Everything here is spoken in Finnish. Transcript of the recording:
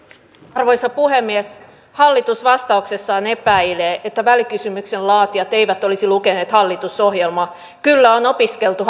arvoisa puhemies hallitus vastauksessaan epäilee että välikysymyksen laatijat eivät olisi lukeneet hallitusohjelmaa kyllä on opiskeltu